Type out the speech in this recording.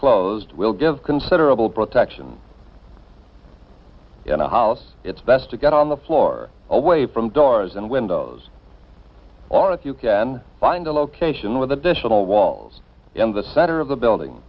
closed will give considerable protection in a house it's best to get on the floor away from doors and windows or if you can find a location with additional walls in the center of the building